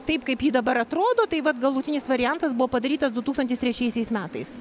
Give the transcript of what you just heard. taip kaip ji dabar atrodo tai vat galutinis variantas buvo padarytas du tūkstantis trečiaisiais metais